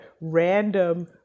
random